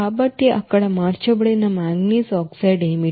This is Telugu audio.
కాబట్టి అక్కడ మార్చబడని మాంగనీస్ ఆక్సైడ్ ఏమిటి